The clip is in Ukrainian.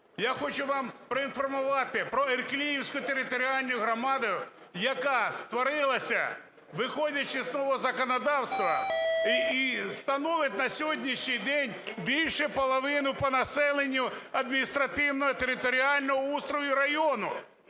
Я хочу вам проінформувати про Іркліївську територіальну громаду, яка створилася, виходячи з того законодавства, і становить на сьогоднішній день більшу половину по населенню адміністративно-територіального устрою району.